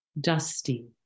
dusty